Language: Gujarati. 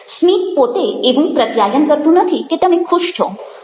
સ્મિત પોતે એવું પ્રત્યાયન કરતું નથી કે તમે ખુશ છો